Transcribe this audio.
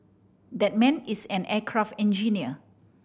that man is an aircraft engineer